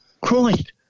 Christ